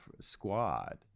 squad